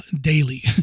daily